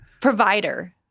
Provider